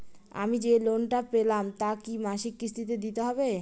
আমি যে লোন টা পেলাম তা কি মাসিক কিস্তি তে দিতে হবে?